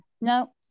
no